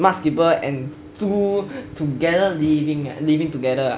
mudskipper and 猪 together living living together ah